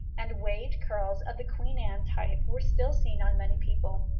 and waved curls of the queen anne type were still seen on many people.